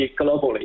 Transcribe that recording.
globally